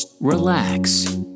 relax